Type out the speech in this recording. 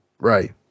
right